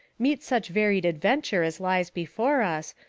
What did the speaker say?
meet such varied adventure as lies before us,